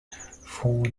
four